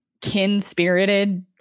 Kin-spirited